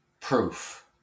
proof